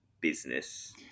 business